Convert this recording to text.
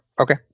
okay